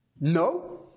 No